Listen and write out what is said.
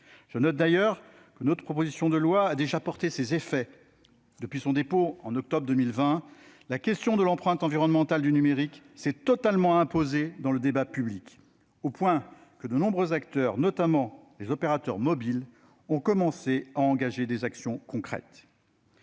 Je note d'ailleurs que notre proposition de loi a déjà produit ses effets. Depuis son dépôt en octobre 2020, la question de l'empreinte environnementale du numérique s'est totalement imposée dans le débat public, au point que de nombreux acteurs, notamment les opérateurs mobiles, ont commencé à engager des actions concrètes.